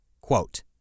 Quote